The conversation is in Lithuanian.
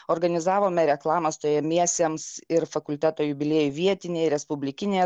organizavome reklamą stojamiesiems ir fakulteto jubiliejui vietinėj respublikinėje